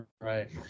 Right